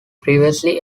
previously